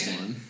one